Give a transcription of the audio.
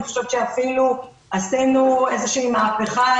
אני חושבת שאפילו עשינו איזו שהיא מהפכה,